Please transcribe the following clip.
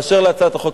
באשר להצעת החוק,